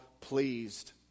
pleased